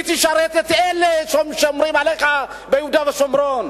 היא תשרת את אלה ששומרים עליך ביהודה ושומרון,